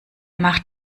macht